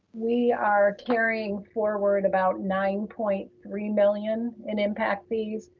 we are carrying forward about nine point three million in impact fees.